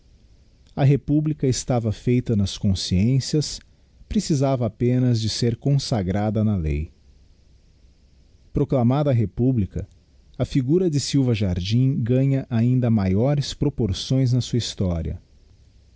a republica estava feita nas consciências precisava apenas de ser consagrada na lei proclamada a republica a figura de silva jardim ganha ainda maiores proporções na sua historia